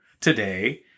today